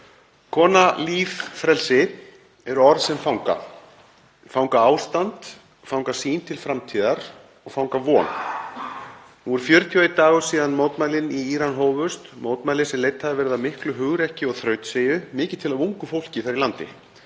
Kona, líf og frelsi eru orð sem fanga. Þau fanga ástand, fanga sýn til framtíðar og fanga von. Nú er 41 dagur síðan mótmælin í Íran hófust, mótmæli sem leidd hafa verið miklu hugrekki og þrautseigju, mikið til af ungu fólki þar í landi,